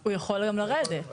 הוא יכול היום לרדת,